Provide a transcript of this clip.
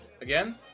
again